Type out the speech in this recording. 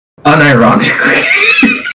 Unironically